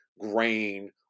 grain